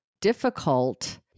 difficult